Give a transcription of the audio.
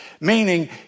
meaning